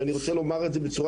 ואני רוצה לומר זאת בצורה